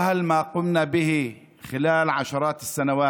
האם המצב שהיינו בו במשך עשרות שנים,